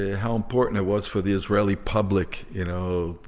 ah how important it was for the israeli public, you know,